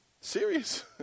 Serious